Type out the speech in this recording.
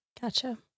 Gotcha